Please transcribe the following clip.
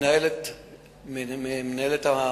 ממנהלת המקום.